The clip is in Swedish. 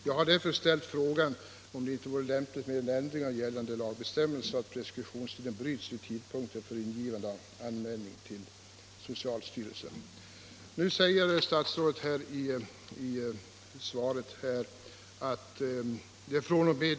Jag har därför ställt frågan om det inte vore lämpligt med en ändring av gällande lagbestämmelser, så att preskriptionstiden bryts vid tidpunkten för ingivande av anmälan till socialstyrelsen. Nu säger statsrådet i svaret: ”fr.o.m.